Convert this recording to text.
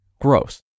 gross